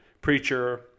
preacher